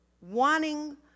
wanting